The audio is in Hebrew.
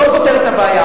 לא פותר את הבעיה.